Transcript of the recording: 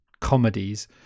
comedies